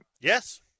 Yes